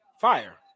fire